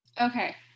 Okay